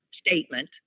statement